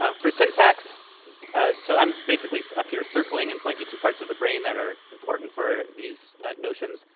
um for syntax so i'm basically up here circling and pointing to parts of the brain that are important for these notions.